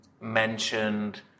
mentioned